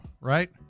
Right